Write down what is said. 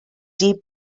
deep